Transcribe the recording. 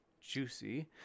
Juicy